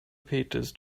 peters